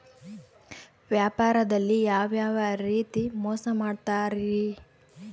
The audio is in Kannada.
ವ್ಯಾಪಾರದಲ್ಲಿ ಯಾವ್ಯಾವ ರೇತಿ ಮೋಸ ಮಾಡ್ತಾರ್ರಿ?